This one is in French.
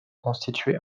constitués